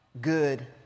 good